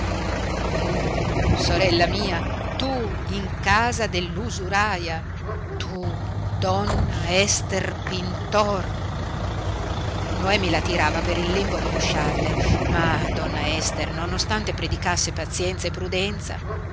tu sorella mia tu in casa dell'usuraia tu donna ester pintor noemi la tirava per il lembo dello scialle ma donna ester nonostante predicasse pazienza e prudenza